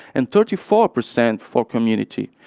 and thirty four percent for community.